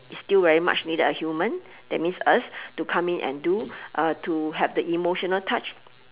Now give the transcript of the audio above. it's still very much needed a human that means us to come in and do uh to have the emotional touch